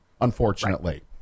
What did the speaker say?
unfortunately